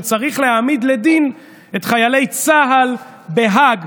שצריך להעמיד לדין את חיילי צה"ל בהאג,